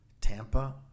Tampa